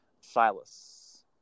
Silas